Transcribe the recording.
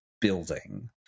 building